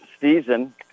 season